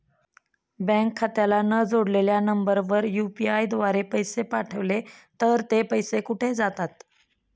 Bank खात्याला न जोडलेल्या नंबरवर यु.पी.आय द्वारे पैसे पाठवले तर ते पैसे कुठे जातात?